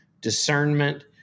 discernment